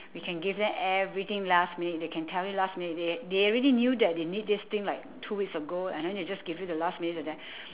we can give them everything last minute they can tell you last minute they a~ they already knew that they need this thing like two weeks ago and then they just give you the last minute like that